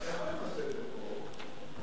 מה הסדר פה?